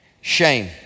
shame